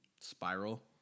Spiral